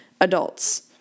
adults